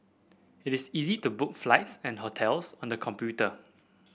it is easy to book flights and hotels on the computer